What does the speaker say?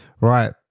Right